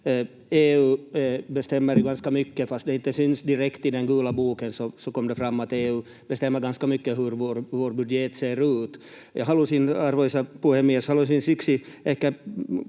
EU bestämmer ju ganska mycket. Fastän det inte syns direkt i den gula boken, så kom det fram att EU bestämmer ganska mycket om hur vår budget ser ut. Arvoisa puhemies! Haluaisin siksi